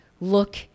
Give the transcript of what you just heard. look